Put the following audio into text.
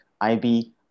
IB